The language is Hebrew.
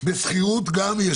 גם בשכירות.